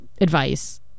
advice